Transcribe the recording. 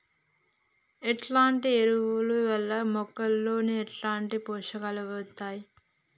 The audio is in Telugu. ఎట్లాంటి ఎరువుల వల్ల మొక్కలలో ఎట్లాంటి పోషకాలు వత్తయ్?